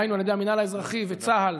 דהיינו על ידי המינהל האזרחי וצה"ל,